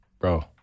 Bro